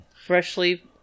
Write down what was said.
freshly